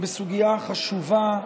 בסוגיה חשובה,